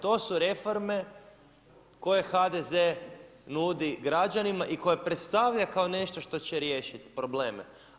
To su reforme, koje HDZ nudi građanima i koje predstavlja kao nešto što će riješiti probleme.